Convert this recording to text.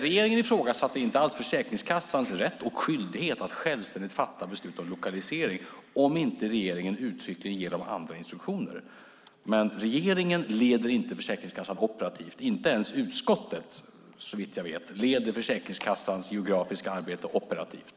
Regeringen ifrågasätter alltså inte alls Försäkringskassans rätt och skyldighet att självständigt fatta beslut om lokalisering om inte regeringen uttryckligen ger Försäkringskassan andra instruktioner. Men regeringen leder inte Försäkringskassan operativt, inte ens utskottet, såvitt jag vet, leder Försäkringskassans geografiska arbete operativt.